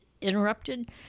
interrupted